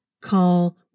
call